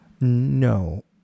No